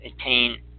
attain